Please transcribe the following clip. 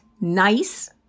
nice